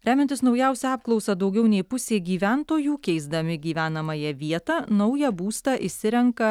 remiantis naujausia apklausa daugiau nei pusė gyventojų keisdami gyvenamąją vietą naują būstą išsirenka